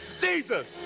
Jesus